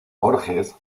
borges